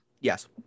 Yes